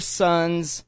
son's